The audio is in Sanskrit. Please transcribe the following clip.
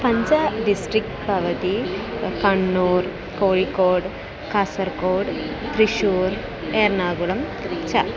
पञ्च डिस्ट्रिक् भवति कण्णूर् कोष़िक्कोड् कासर्गोड् त्रिश्शूर् एर्नाकुलं इति च